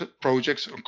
projects